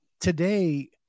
today